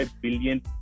billion